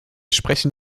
sprechen